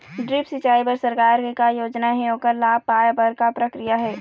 Drip सिचाई बर सरकार के का योजना हे ओकर लाभ पाय बर का प्रक्रिया हे?